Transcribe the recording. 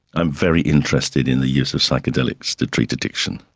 i'm very interested in the use of psychedelics to treat addiction.